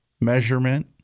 measurement